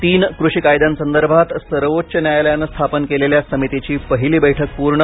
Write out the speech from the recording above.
तीन कृषी कायद्यांसंदर्भात सर्वोच्च न्यायालयानं स्थापन केलेल्या समितीची पहिली बैठक पूर्ण